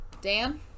Dan